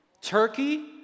Turkey